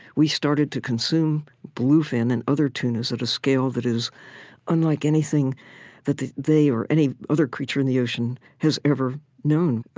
we started to consume bluefin and other tunas at a scale that is unlike anything that they or any other creature in the ocean has ever known.